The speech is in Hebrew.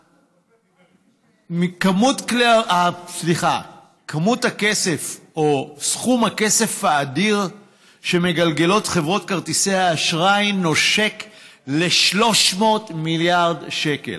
סכום הכסף האדיר שמגלגלות חברות כרטיסי האשראי נושק ל-300 מיליארד שקל,